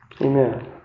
Amen